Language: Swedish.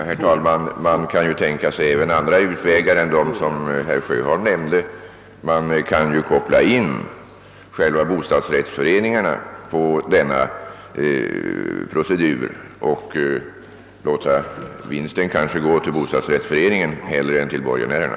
Herr talman! Man kan tänka sig även andra utvägar än de som herr Sjöholm nämnde. Man kan t.ex. koppla in bostadsrättsföreningarna i denna procedur och låta vinsten gå till bostadsrättsföreningen hellre än till borgenärerna.